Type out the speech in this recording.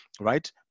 right